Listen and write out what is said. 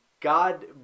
God